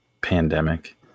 pandemic